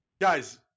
Guys